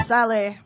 Sally